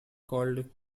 called